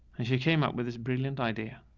and she came up with this brilliant idea